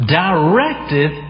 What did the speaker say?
directed